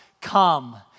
come